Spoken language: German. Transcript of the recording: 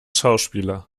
schauspieler